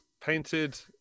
painted